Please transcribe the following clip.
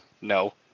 no